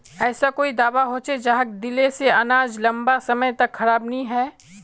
ऐसा कोई दाबा होचे जहाक दिले से अनाज लंबा समय तक खराब नी है?